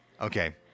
Okay